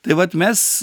tai vat mes